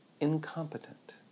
incompetent